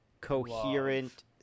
coherent